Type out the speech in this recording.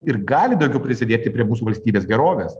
ir gali daugiau prisidėti prie mūsų valstybės gerovės